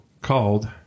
called